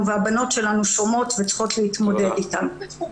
והבנות שלנו שומעות וצריכות להתמודד עם זה.